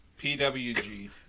PWG